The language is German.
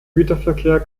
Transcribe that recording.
güterverkehr